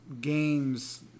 games